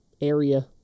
area